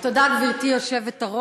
תודה, גברתי היושבת-ראש.